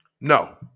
No